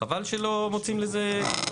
חבל שלא מוצאים לזה.